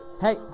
Hey